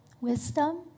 Wisdom